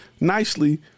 nicely